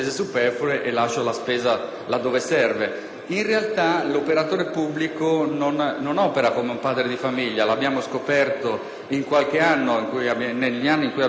In realtà, l'operatore pubblico non opera come un padre di famiglia, lo abbiamo scoperto negli anni in cui abbiamo attuato questo tipo di esercizio: